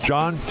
John